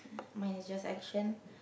mine is just action